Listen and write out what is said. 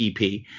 EP